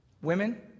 Women